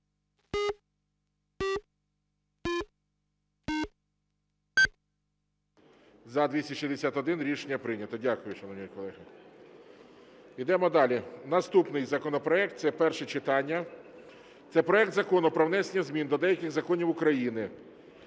За-261 Рішення прийнято. Дякую, шановні колеги. Йдемо далі. Наступний законопроект. Це перше читання, це проект Закону про внесення змін до деяких законів України